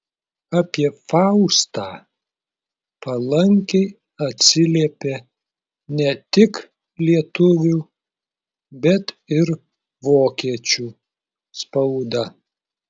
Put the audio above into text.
apie faustą palankiai atsiliepė ne tik lietuvių bet ir vokiečių spauda